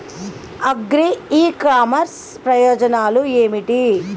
Agri e commerce ప్రయోజనాలు ఏమిటి?